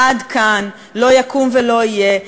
עד כאן, לא יקום ולא יהיה.